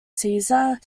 caesar